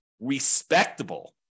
respectable